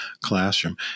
classroom